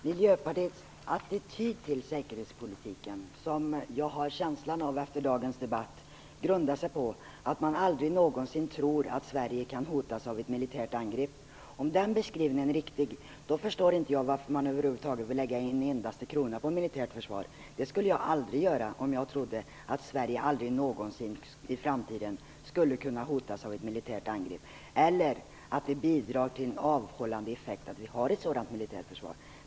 Herr talman! Efter dagens debatt har jag en känsla av att Miljöpartiets attityd till säkerhetspolitiken grundar sig på att man tror att Sverige aldrig någonsin kan hotas av ett militärt angrepp. Om den beskrivningen är riktig förstår jag inte varför man över huvud taget vill lägga en endaste krona på ett militärt försvar. Det skulle jag aldrig göra, om jag trodde att Sverige aldrig någonsin i framtiden skulle kunna hotas av ett militärt angrepp eller om jag inte trodde att det bidrog till en avhållande effekt att vi har ett sådant militärt försvar.